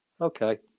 okay